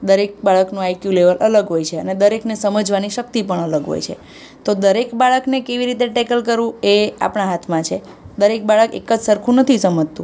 દરેક બાળકનું IQ level અલગ હોય છે અને દરેકને સમજવાની શક્તિ પણ અલગ હોય છે તો દરેક બાળકને કેવી રીતે ટેકલ કરવું એ આપણા હાથમાં છે દરેક બાળક એક જ સરખું નથી સમજતું